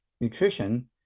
nutrition